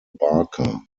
barker